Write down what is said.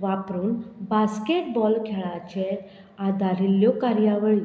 वापरून बास्केटबॉल खेळाचेर आदारिल्ल्यो कार्यावळी